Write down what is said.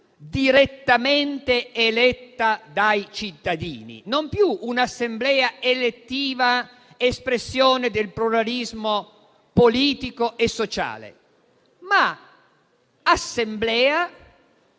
direttamente eletta dai cittadini, non più un'Assemblea elettiva espressione del pluralismo politico e sociale, ma